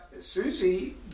Susie